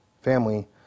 family